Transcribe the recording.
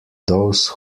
those